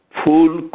full